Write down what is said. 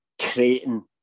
creating